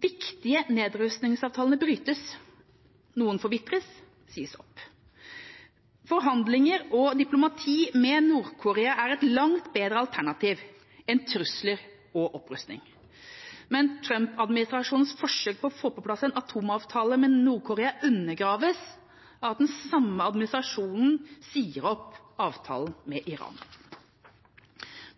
viktige nedrustningsavtalene brytes, noen forvitrer, sies opp. Forhandlinger og diplomati med Nord-Korea er et langt bedre alternativ enn trusler og opprustning. Men Trump-administrasjonens forsøk på å få på plass en atomavtale med Nord-Korea undergraves av den samme administrasjonens oppsigelse av atomavtalen med Iran.